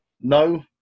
No